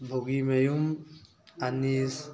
ꯕꯧꯒꯤꯃꯌꯨꯝ ꯑꯅꯤꯁ